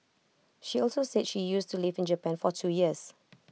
she also said she used to lived in Japan for two years